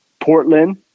Portland